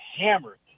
hammered